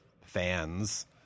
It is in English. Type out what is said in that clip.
fans